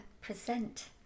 present